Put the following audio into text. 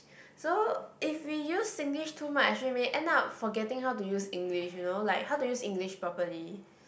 so if we use Singlish too much we may end up forgetting how to use English you know like how to use English properly